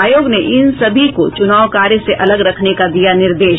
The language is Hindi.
आयोग ने इन सभी को चुनाव कार्य से अलग रखने का दिया निर्देश